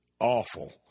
awful